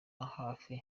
hafi